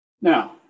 Now